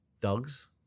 Dogs